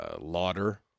Lauder